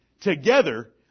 together